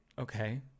Okay